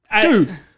Dude